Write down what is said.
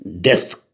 death